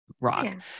rock